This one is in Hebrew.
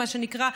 מה שנקרא,